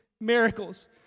miracles